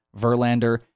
Verlander